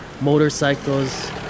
motorcycles